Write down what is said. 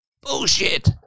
Bullshit